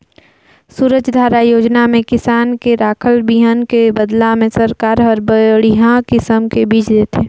सूरजधारा योजना में किसान के राखल बिहन के बदला में सरकार हर बड़िहा किसम के बिज देथे